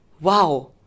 Wow